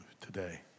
today